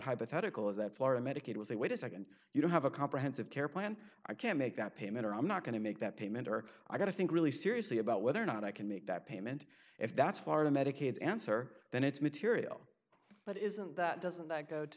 hypothetical is that florida medicaid will say wait a nd you don't have a comprehensive care plan i can make that payment or i'm not going to make that payment or i've got to think really seriously about whether or not i can make that payment if that's florida medicaid's answer that it's material but isn't that doesn't that go to